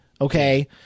Okay